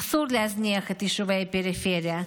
אסור להזניח את יישובי הפריפריה.